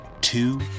two